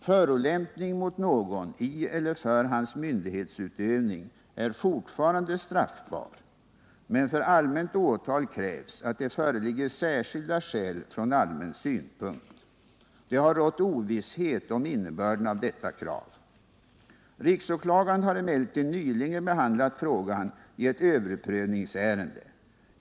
Förolämpning mot någon i eller för hans myndighetsutövning är fortfarande straffbar, men för allmänt åtal krävs att det föreligger särskilda skäl från allmän synpunkt. Det har rått ovisshet om innebörden av detta krav. Riksåklagaren har emellertid nyligen behandlat frågan i ett överprövningsärende.